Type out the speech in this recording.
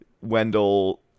Wendell